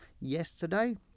yesterday